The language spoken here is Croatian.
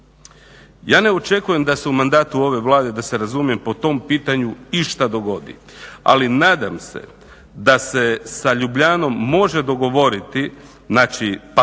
Ja ne očekujem da su u mandatu ove Vlade da se razumije po tom pitanju išta dogodi. Ali nadam se da se sa Ljubljanom može dogovoriti papirnato,